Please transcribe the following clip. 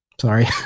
sorry